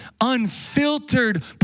unfiltered